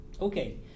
Okay